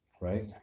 Right